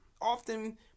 often